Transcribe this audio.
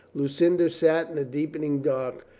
lucinda sat in the deepening dark,